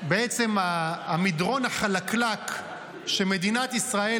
בעצם על המדרון החלקלק שמדינת ישראל